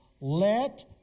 let